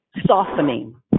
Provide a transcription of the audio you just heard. softening